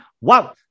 Wow